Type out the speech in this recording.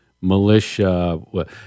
militia